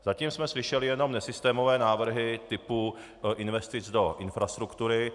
Zatím jsme slyšeli jenom nesystémové návrhy typu investic do infrastruktury.